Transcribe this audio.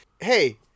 Hey